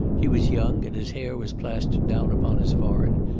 he was young, and his hair was plastered down upon his forehead,